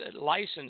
license